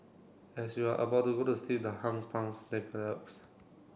as you are about to go to sleep the develops